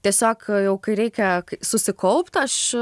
tiesiog jau kai reikia susikaupt aš